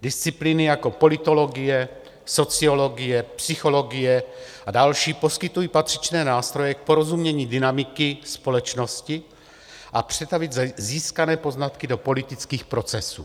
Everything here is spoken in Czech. Disciplíny jako politologie, sociologie, psychologie a další poskytují patřičné nástroje k porozumění dynamiky společnosti a přetavit získané poznatky do politických procesů.